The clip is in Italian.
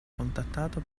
contattato